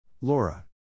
Laura